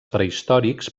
prehistòrics